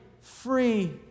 free